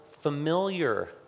familiar